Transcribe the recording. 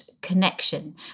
connection